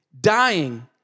dying